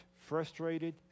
frustrated